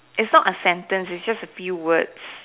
is not a sentence it's just a few words